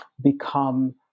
become